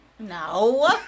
No